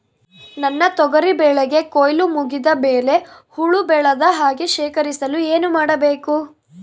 ನನ್ನ ತೊಗರಿ ಬೆಳೆಗೆ ಕೊಯ್ಲು ಮುಗಿದ ಮೇಲೆ ಹುಳು ಬೇಳದ ಹಾಗೆ ಶೇಖರಿಸಲು ಏನು ಮಾಡಬೇಕು?